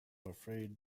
afraid